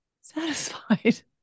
satisfied